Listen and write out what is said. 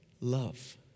love